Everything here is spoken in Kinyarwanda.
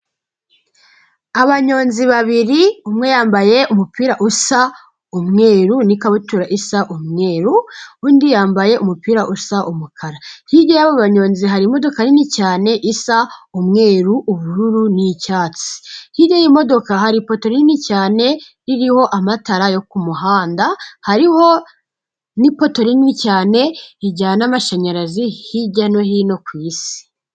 Abanyonzi babiri, umwe yambaye umupira usa umweru n'ikabutura isa umweru, undi yambaye umupira usa umukara, hirya y'abo banyonzi hari imodoka nini cyane isa umweru, ubururu n'icyatsi. Hirya y'imodoka hari ipoto rinini cyane ririho amatara yo ku muhanda, hariho n'ipoto rinini cyane rijyana amashanyarazi hirya no hino ku isi.